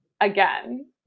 again